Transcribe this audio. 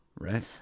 right